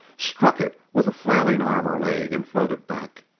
struck it with a flailing arm or leg and floated back.